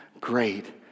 great